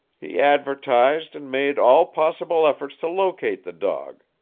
he advertised, and made all possible efforts to locate the dog.